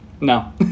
No